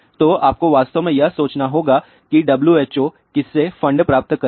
तो आपको वास्तव में यह सोचना होगा कि WHO किससे फंड प्राप्त करता है